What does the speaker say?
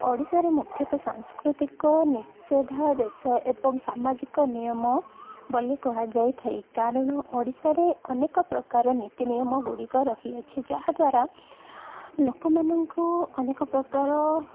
ଓଡ଼ିଶାରେ ମୁଖ୍ୟତଃ ସାଂସ୍କୃତିକ ନିଷେଧା ଦେଶ ଏବଂ ସାମାଜିକ ନିୟମ ବୋଲି କୁହାଯାଇଥାଏ କାରଣ ଓଡ଼ିଶାରେ ଅନେକ ପ୍ରକାର ନୀତି ନିିୟମଗୁଡ଼ିକ ରହିଅଛି ଯାହାଦ୍ୱାରା ଲୋକମାନଙ୍କୁ ଅନେକ ପ୍ରକାର